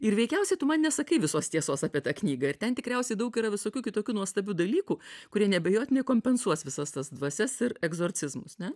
ir veikiausiai tu man nesakai visos tiesos apie tą knygą ir ten tikriausiai daug yra visokių kitokių nuostabių dalykų kurie neabejotinai kompensuos visas tas dvasias ir egzorcizmus ne